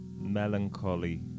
melancholy